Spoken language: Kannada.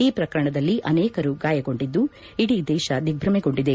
ಈ ಪ್ರಕರಣದಲ್ಲಿ ಅನೇಕರು ಗಾಯಗೊಂಡಿದ್ದು ಇಡೀ ದೇಶ ದಿಗ್ದಮೆಗೊಂಡಿದೆ